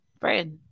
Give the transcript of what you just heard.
friend